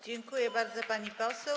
Dziękuję bardzo, pani poseł.